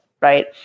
right